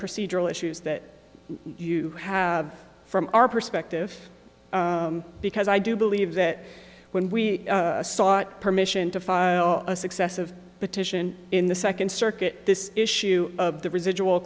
procedural issues that you have from our perspective because i do believe that when we sought permission to file a successive petition in the second circuit this issue of the residual